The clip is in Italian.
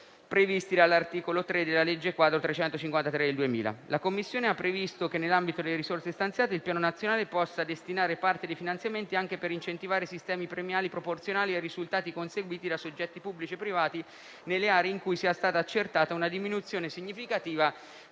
La Commissione ha previsto che, nell'ambito delle risorse stanziate, il Piano nazionale possa destinare parte dei finanziamenti anche per incentivare sistemi premiali proporzionali ai risultati conseguiti da soggetti pubblici e privati nelle aree in cui sia stata accertata una diminuzione significativa